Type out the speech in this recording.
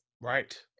Right